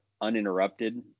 uninterrupted